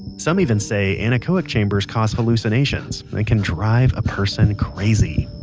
some even say anechoic chambers cause hallucinations and can drive a person crazy